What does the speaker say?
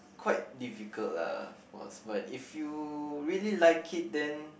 quite difficult lah of course but if you really like it then